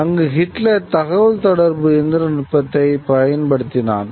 அங்கு ஹிட்லர் தகவல்தொடர்பு இயந்திரநுட்பத்தைப் பயன்படுத்தினான்